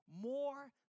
more